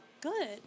Good